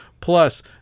Plus